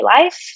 life